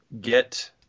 get